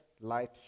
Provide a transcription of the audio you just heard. light